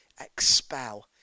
expel